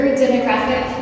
demographic